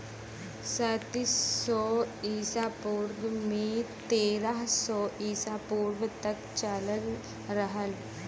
तैंतीस सौ ईसा पूर्व से तेरह सौ ईसा पूर्व तक चलल रहल